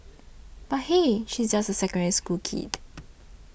but hey she is just a Secondary School kid